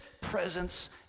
presence